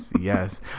yes